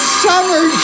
summer